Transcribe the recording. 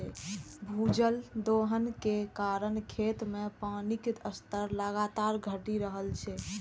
भूजल दोहन के कारण खेत मे पानिक स्तर लगातार घटि रहल छै